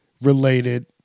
related